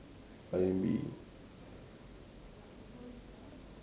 R&B